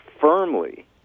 firmly